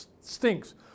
stinks